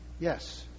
Yes